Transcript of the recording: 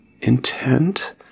intent